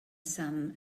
some